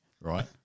right